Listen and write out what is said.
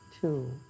two